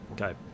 Okay